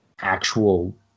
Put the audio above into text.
actual